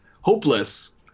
hopeless